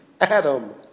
Adam